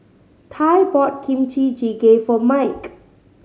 Tye bought Kimchi Jjigae for Mike